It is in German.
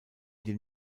den